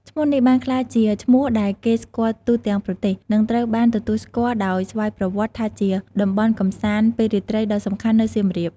ឈ្មោះនេះបានក្លាយជាឈ្មោះដែលគេស្គាល់ទូទាំងប្រទេស និងត្រូវបានទទួលស្គាល់ដោយស្វ័យប្រវត្តិថាជាតំបន់កម្សាន្តពេលរាត្រីដ៏សំខាន់នៅសៀមរាប។